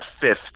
fifth